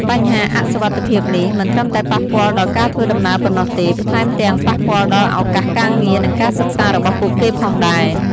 បញ្ហាអសុវត្ថិភាពនេះមិនត្រឹមតែប៉ះពាល់ដល់ការធ្វើដំណើរប៉ុណ្ណោះទេ ថែមទាំងប៉ះពាល់ដល់ឱកាសការងារនិងការសិក្សារបស់ពួកគេផងដែរ។